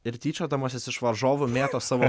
ir tyčiodamasis iš varžovų mėto savo